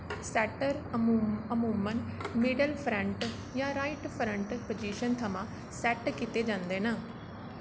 setter अमूमन middle front जां right front position थमां सैट्ट कीते जंदे न